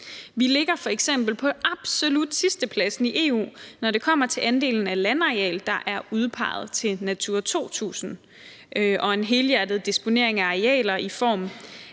vi ligger f.eks. på absolut sidstepladsen i EU, når det kommer til andelen af landareal, der er udpeget til Natura 2000 – og en helhjertet disponering af arealer i form